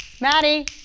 Maddie